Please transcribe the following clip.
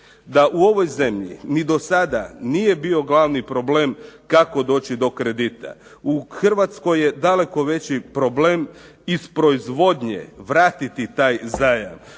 da u ovoj zemlji ni dosada nije bio glavni problem kako doći do kredita. U Hrvatskoj je daleko veći problem iz proizvodnje vratiti taj zajam.